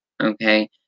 Okay